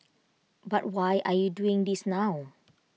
but why are you doing this now